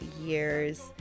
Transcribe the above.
years